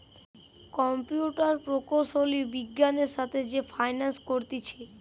computer প্রকৌশলী বিজ্ঞানের সাথে যে ফাইন্যান্স করতিছে